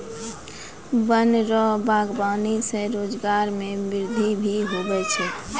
वन रो वागबानी से रोजगार मे वृद्धि भी हुवै छै